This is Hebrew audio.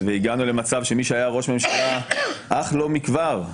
והגענו למצב שמי שהיה ראש ממשלה אך לא מכבר,